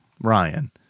Ryan